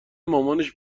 مامانش